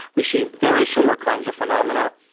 we see very similar kinds of phenomena,